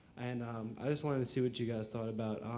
and i just wanted to see what you guys thought about